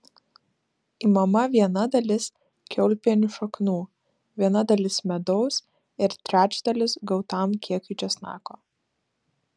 imama viena dalis kiaulpienių šaknų viena dalis medaus ir trečdalis gautam kiekiui česnako